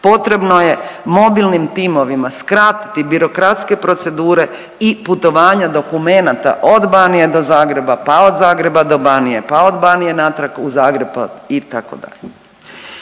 Potrebno je mobilnim timovima skratiti birokratske procedure i putovanja dokumenata od Banije do Zagreba, pa od Zagreba do Banije, pa od Banije natrag u Zagreb itd.